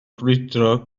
brwydro